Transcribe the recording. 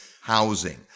housing